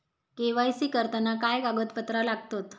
KYC करताना काय कागदपत्रा लागतत?